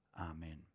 Amen